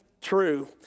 true